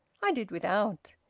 i did without.